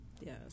Yes